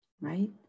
Right